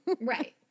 Right